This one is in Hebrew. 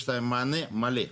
יש להם מענה מלא.